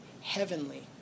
heavenly